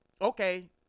okay